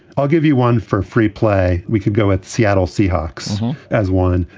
i'll give you one for free play. we could go at the seattle seahawks as one.